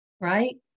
Right